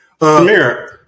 Samir